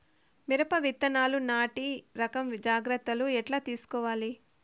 మిరప విత్తనాలు నాటి రకం జాగ్రత్తలు ఎట్లా తీసుకోవాలి?